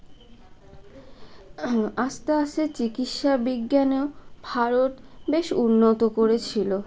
আস্তে আস্তে চিকিৎসা বিজ্ঞানেও ভারত বেশ উন্নত করেছিলো